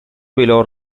below